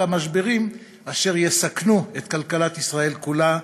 אלא משברים אשר יסכנו את כלכלת ישראל כולה,